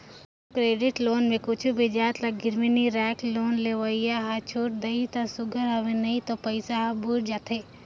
micro credit loan में कुछु भी जाएत ल गिरवी नी राखय लोन लेवइया हर छूट देहिस ता सुग्घर हवे नई तो पइसा हर बुइड़ जाथे